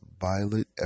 Violet